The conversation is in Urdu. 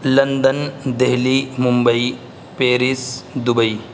London Delhi Mumbai Paris Dubai